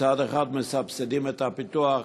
מצד אחד מסבסדים את הפיתוח